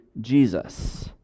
Jesus